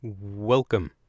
Welcome